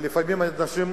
ולפעמים האנשים,